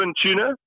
tuna